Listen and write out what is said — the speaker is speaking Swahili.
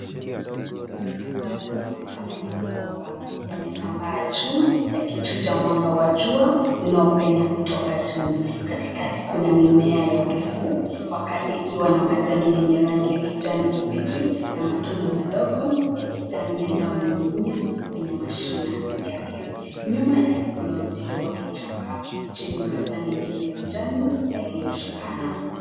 Majani mapana ya mgomba yamesambaa juu yakichuja mwanga wa jua inaopenya kutoka juu. Katikati kuna mimea ya urefu wa kati ikiwa na majani yenye rangi ya kijani kibichi na matunda madogo ya kijani yanayoning'inia kwenye mashina yake. Nyuma yake kuna uzio wa kichaka chenye majani mengi ya kijani yaliyoshikana.